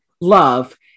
love